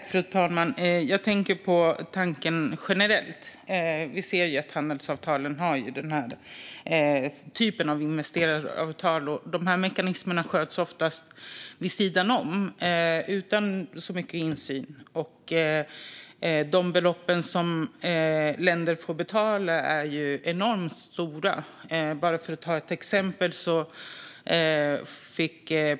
Fru talman! Jag tänker generellt. Vi ser att handelsavtalen innehåller den typen av investeraravtal. De mekanismerna sköts oftast vid sidan om utan så mycket insyn. De belopp som länder får betala är enormt stora. Låt mig ge ett exempel.